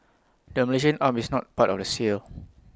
the Malaysian arm is not part of the sale